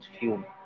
film